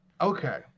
Okay